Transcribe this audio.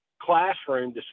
classroom